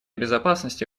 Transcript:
безопасности